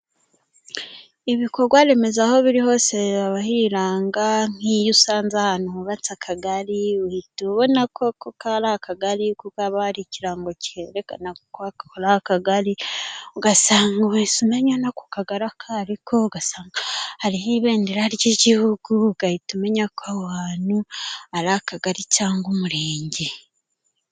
Ibikorwa remezo aho biri hose haba hiranga nk'iyo usanze ahantu hubatse akagari uhita ubona ko koko ari akagari kuko haba hari ikirango cyerekana ko ako ari akagari ugasanga uhise umenya no kukagari ako ariko. Ugasanga hariho ibendera ry'igihugu ugahita umenya ko aho hantu ari akagari cyangwa umurenge.